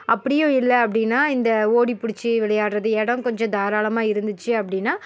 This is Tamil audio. அப்படியும் இல்லை அப்படினா இந்த ஓடிப்புடிச்சி விளையாடுறது இடம் கொஞ்சம் தாரளமாக இருந்திச்சு அப்படினா